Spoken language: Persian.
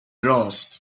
راست